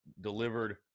delivered